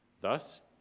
Thus